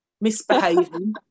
misbehaving